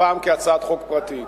הפעם כהצעת חוק פרטית.